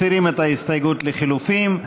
מסירים את ההסתייגות לחלופין.